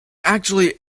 actually